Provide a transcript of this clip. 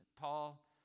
Paul